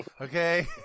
okay